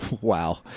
Wow